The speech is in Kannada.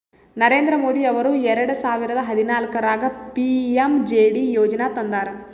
ನರೇಂದ್ರ ಮೋದಿ ಅವರು ಎರೆಡ ಸಾವಿರದ ಹದನಾಲ್ಕರಾಗ ಪಿ.ಎಮ್.ಜೆ.ಡಿ ಯೋಜನಾ ತಂದಾರ